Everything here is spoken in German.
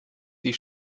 sie